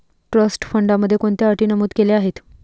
Trust फंडामध्ये कोणत्या अटी नमूद केल्या आहेत?